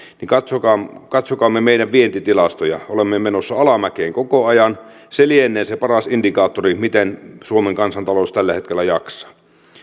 tunnista katsokaamme meidän vientitilastoja olemme menossa alamäkeen koko ajan se lienee se paras indikaattori miten suomen kansantalous tällä hetkellä jaksaa